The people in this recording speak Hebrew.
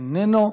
איננו.